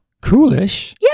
coolish